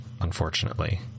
unfortunately